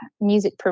music